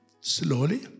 slowly